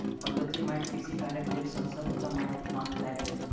पर्वतीय माइट कृषि कार्यक लेल सभ सॅ उत्तम माइट मानल जाइत अछि